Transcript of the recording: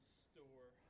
store